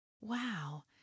Wow